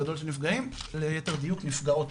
לייתר דיוק נפגעות.